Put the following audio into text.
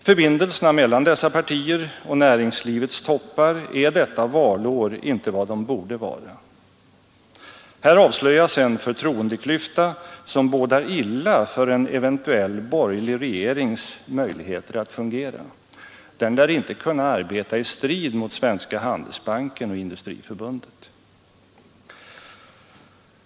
Förbindelserna mellan dessa partier och näringslivets toppar är detta valår inte vad de borde vara. Här avslöjas en förtroendeklyfta som bådar illa för en eventuell borgerlig regerings möjligheter att fungera. Den lär inte kunna arbeta i strid med Handelsbanken och Industriförbundet.